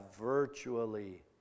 virtually